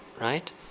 right